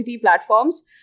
platforms